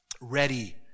ready